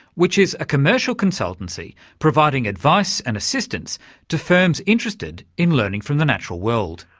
which is a commercial consultancy providing advice and assistance to firms interested in learning from the natural world.